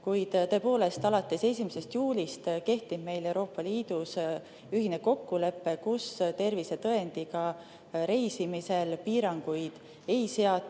Kuid tõepoolest, alates 1. juulist kehtib meil Euroopa Liidus ühine kokkulepe, et tervisetõendiga reisimisele piiranguid ei seata.